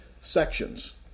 sections